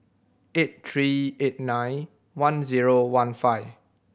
eight three eight nine one zero one five